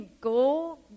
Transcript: go